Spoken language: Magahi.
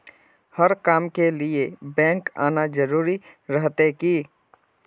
हर काम के लिए बैंक आना जरूरी रहते की?